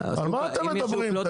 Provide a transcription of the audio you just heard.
על מה אתם מדברים?